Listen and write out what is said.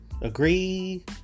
agree